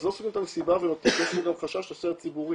אז לא עוזבים את המסיבה כי יש גם חשש לסדר הציבורי.